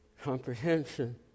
comprehension